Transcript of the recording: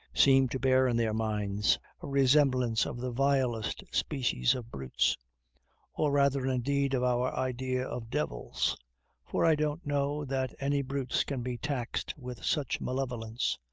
seem to bear in their minds a resemblance of the vilest species of brutes or rather, indeed, of our idea of devils for i don't know that any brutes can be taxed with such malevolence.